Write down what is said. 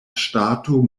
ŝtato